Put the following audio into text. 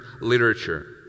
literature